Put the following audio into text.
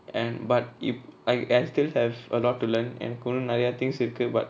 and but if I I still have a lot to learn எனக்கு இன்னு நெரய:enaku innu neraya things இருக்கு:iruku but